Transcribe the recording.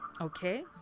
Okay